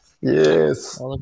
yes